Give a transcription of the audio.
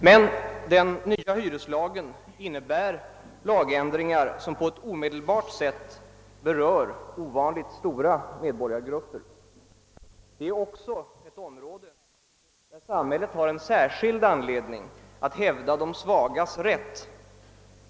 Men den nya hyreslagen innebär lagändringar som på ett omedelbart sätt berör ovanligt stora medborgargrupper. Det är också ett område där samhället har särskild anledning att hävda de svagas rätt.